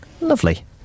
lovely